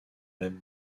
même